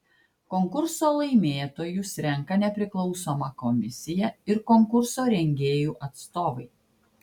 konkurso laimėtojus renka nepriklausoma komisija ir konkurso rengėjų atstovai